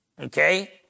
Okay